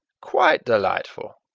quite delightful!